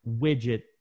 widget